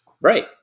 Right